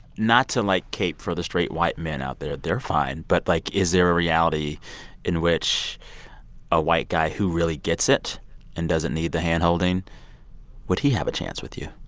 not to, like, cape for the straight white men out there they're fine. but like, is there a reality in which a white guy who really gets it and doesn't need the hand-holding would he have a chance with you?